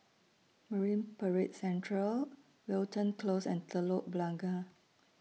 Marine Parade Central Wilton Close and Telok Blangah